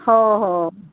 हो हो